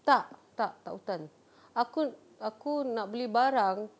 tak tak tak hutan aku aku nak beli barang